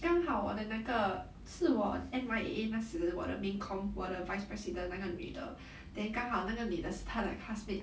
刚好我的那个是我 N_Y_A_A 那时我的 main comm 我的 vice president 那个女的 then 刚好那个女的是他的 classmate